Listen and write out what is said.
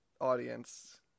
audience